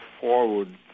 forward